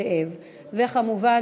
אפס נמנעים.